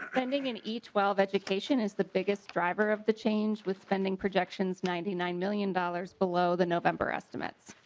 ending in each twelve education is the biggest driver of the change with spending projects it's ninety nine million dollars below the november estimates.